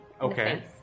Okay